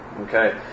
Okay